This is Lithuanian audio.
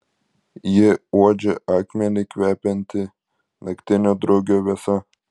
ji uodžia akmenį kvepiantį naktinio drugio vėsa